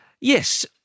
Yes